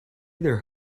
their